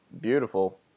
beautiful